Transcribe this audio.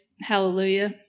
Hallelujah